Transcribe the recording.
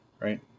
right